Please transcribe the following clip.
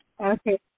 Okay